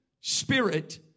spirit